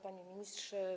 Panie Ministrze!